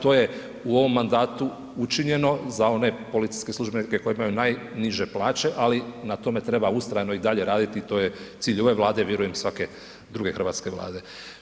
To je u ovom mandatu učinjeno za one policijske službenike koji imaju najniže plaće, ali na tome treba ustrajno i dalje raditi i to je cilj ove Vlade i vjerujem, svake druge hrvatske Vlade.